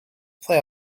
play